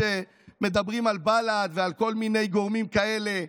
כשמדברים על בל"ד ועל כל מיני גורמים כאלה,